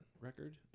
record